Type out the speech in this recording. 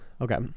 Okay